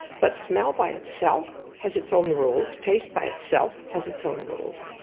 but smell by itself has its own rules, taste by itself has its own rules.